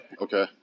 Okay